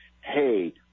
hey